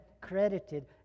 credited